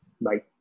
Bye